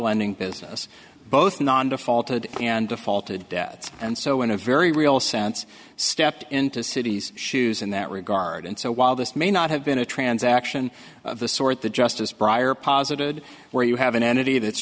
lending business both non defaulted and defaulted debts and so in a very real sense stepped into cities shoes in that regard and so while this may not have been a transaction of the sort the justice brier posited where you have an entity that's